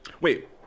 wait